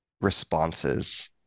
responses